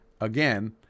Again